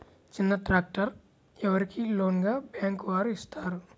చిన్న ట్రాక్టర్ ఎవరికి లోన్గా బ్యాంక్ వారు ఇస్తారు?